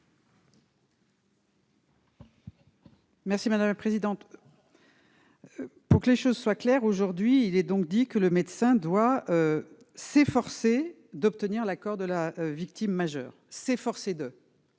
Merci madame la présidente, pour que les choses soient claires aujourd'hui, il est donc dit que le médecin doit s'efforcer d'obtenir l'accord de la victime majeure s'efforcer de.